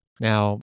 Now